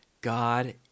God